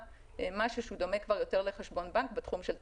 משהו שדומה לחשבון בנק בתחום של תשלומים.